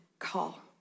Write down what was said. call